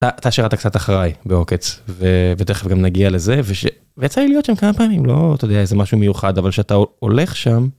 אתה שירת קצת אחריי בעוקץ, ותכף גם נגיע לזה. ויצא להיות שם כמה פעמים, לא, אתה יודע, איזה משהו מיוחד, אבל שאתה הולך שם